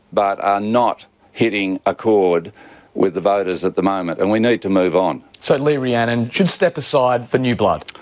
but are not hitting a chord with the voters at the moment. and we need to move on. so lee rhiannon should step aside for new blood?